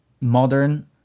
modern